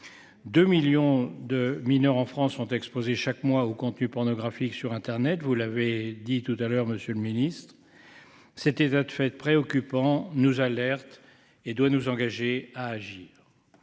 De millions de mineurs en France sont exposés chaque mois aux contenus pornographiques sur Internet vous l'avez dit tout à l'heure Monsieur le Ministre. Cet état de fait préoccupant nous alerte et doit nous engager à agir.